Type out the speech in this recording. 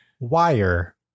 Wire